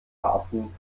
hafen